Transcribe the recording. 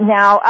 Now